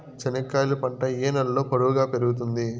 చెనక్కాయలు పంట ఏ నేలలో పొడువుగా పెరుగుతుంది?